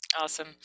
awesome